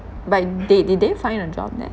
but they did they find a job there